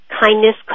kindness